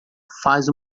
faz